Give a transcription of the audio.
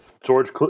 George